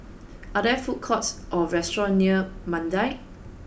are there food courts or restaurants near Mandai